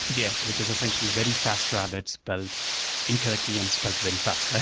yeah which is essentially very fast rabbits built incorrectly and spelled very fast.